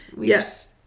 yes